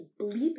bleep